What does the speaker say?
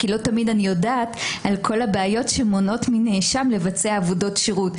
כי לא תמיד אני יודעת על כל הבעיות שמונעות מנאשם לבצע עבודות שירות,